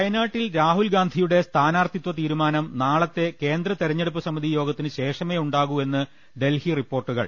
വയനാട്ടിൽ രാഹുൽഗാന്ധിയുടെ സ്ഥാനാർത്ഥിത്വ തീരുമാനം നാളത്തെ കേന്ദ്രം തെരഞ്ഞെടുപ്പ് സമിതി യോഗത്തിന് ശേഷമേ ഉണ്ടാകൂവെന്ന് ഡൽഹി റിപ്പോർട്ടുകൾ